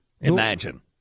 Imagine